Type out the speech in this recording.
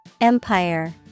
Empire